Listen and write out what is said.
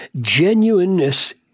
Genuineness